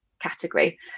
category